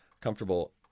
comfortable